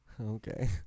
Okay